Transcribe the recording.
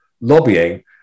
lobbying